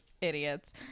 idiots